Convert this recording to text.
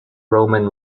roman